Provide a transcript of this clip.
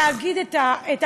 אני רק רוצה להגיד את המשפט,